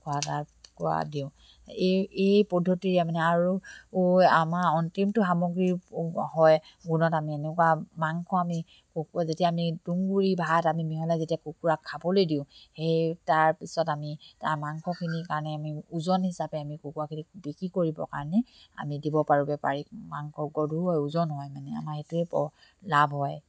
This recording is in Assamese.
খোৱা দিওঁ এই এই পদ্ধতিৰে মানে আৰু আমাৰ অন্তিমটো সামগ্ৰী হয় গুণত আমি এনেকুৱা মাংস আমি কুকু যেতিয়া আমি তুঁহগুৰি ভাত আমি মিহলাই যেতিয়া কুকুৰাক খাবলে দিওঁ সেই তাৰপিছত আমি তাৰ মাংসখিনিৰ কাৰণে আমি ওজন হিচাপে আমি কুকুৰাখিনি বিক্ৰী কৰিবৰ কাৰণে আমি দিব পাৰোঁ বেপাৰীক মাংস হয় ওজন হয় মানে আমাৰ সেইটোৱে লাভ হয়